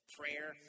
prayer